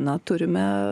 na turime